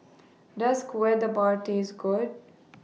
Does Kueh Dadar Taste Good